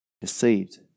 deceived